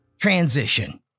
Transition